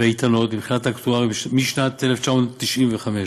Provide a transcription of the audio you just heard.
ואיתנות מבחינה אקטוארית משנת 1995,